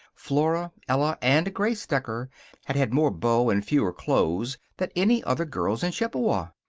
flora, ella, and grace decker had had more beaux and fewer clothes than any other girls in chippewa.